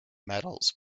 metals